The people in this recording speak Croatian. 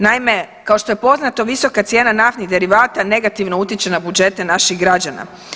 Naime, kao što je poznato visoka cijena naftnih derivata negativno utječe na budžete naših građana.